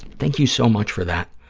thank you so much for that.